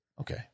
Okay